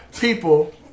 people